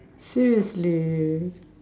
seriously